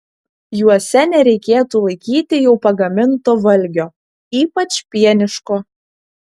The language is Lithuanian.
juose nereikėtų laikyti jau pagaminto valgio ypač pieniško